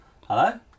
Hello